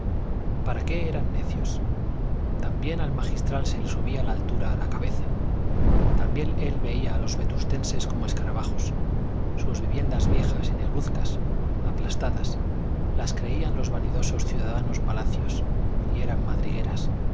para qué eran necios también al magistral se le subía la altura a la cabeza también él veía a los vetustenses como escarabajos sus viviendas viejas y negruzcas aplastadas las creían los vanidosos ciudadanos palacios y eran madrigueras